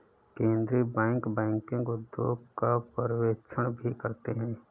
केन्द्रीय bank banking उद्योग का पर्यवेक्षण भी करते हैं